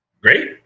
Great